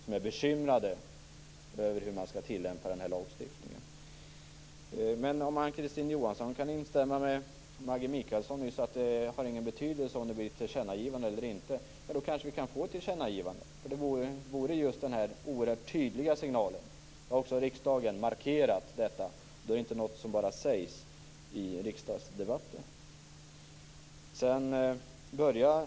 De är bekymrade över hur man skall tillämpa lagstiftningen. Om Ann-Kristine Johansson kan instämma i det Maggi Mikaelsson nyss sade om att det inte har någon betydelse om det blir ett tillkännagivande eller inte kan vi kanske få ett tillkännagivande. Det vore en oerhört tydlig signal. Då har riksdagen markerat vad den tycker. Då är det inte bara något som sägs i riksdagsdebatten.